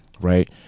right